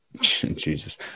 Jesus